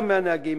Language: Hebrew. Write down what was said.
גם מהנהגים,